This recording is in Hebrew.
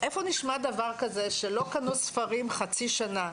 איפה נשמע דבר כזה שלא קנו ספרים חצי שנה.